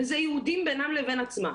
וזה יהודים בינם לבין עצמם,